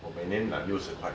我每年 like 六十块